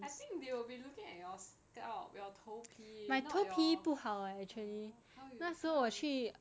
I think they will be looking at your scalp your 头皮 not your ya how you how you